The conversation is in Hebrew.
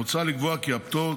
מוצע לקבוע כי הפטור,